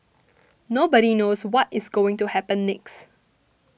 nobody knows what is going to happen next